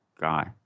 guy